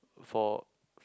for